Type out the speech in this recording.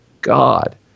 God